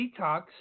detox